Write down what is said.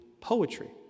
poetry